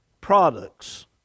products